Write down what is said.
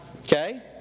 Okay